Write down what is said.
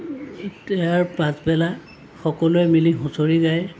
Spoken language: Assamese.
ইয়াৰ পাছবেলা সকলোৱে মিলি হুঁচৰি গায়